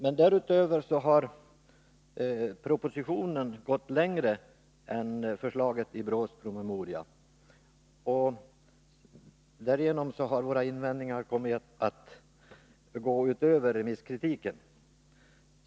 Men därutöver har propositionen gått längre än förslaget i BRÅ:s promemoria, och därigenom har våra invändningar kommit att gå utöver remisskritiken.